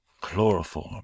chloroform